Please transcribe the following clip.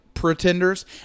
Pretenders